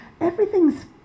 everything's